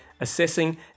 Assessing